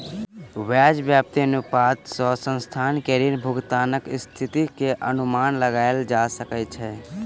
ब्याज व्याप्ति अनुपात सॅ संस्थान के ऋण भुगतानक स्थिति के अनुमान लगायल जा सकै छै